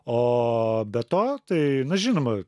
o be to tai na žinoma